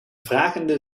vragende